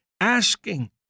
asking